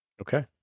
Okay